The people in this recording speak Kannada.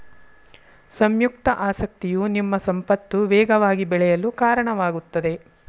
ಸಂಯುಕ್ತ ಆಸಕ್ತಿಯು ನಿಮ್ಮ ಸಂಪತ್ತು ವೇಗವಾಗಿ ಬೆಳೆಯಲು ಕಾರಣವಾಗುತ್ತದೆ